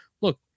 look